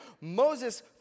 Moses